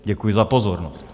Děkuji za pozornost.